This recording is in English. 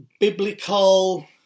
biblical